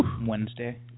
Wednesday